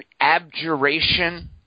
abjuration